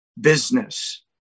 business